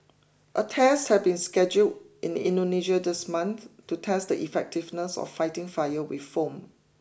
a test has been scheduled in Indonesia this month to test the effectiveness of fighting fire with foam